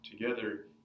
together